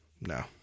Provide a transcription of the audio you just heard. no